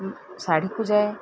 ଶାଢ଼ୀକୁ ଯାଏ